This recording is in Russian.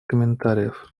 комментариев